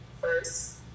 first